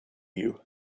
you